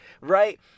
Right